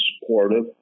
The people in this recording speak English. supportive